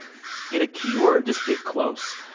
get a keyword, just get close.